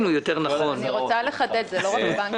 אני רוצה לחדד, זה לא רק בנקים.